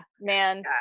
man